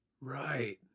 right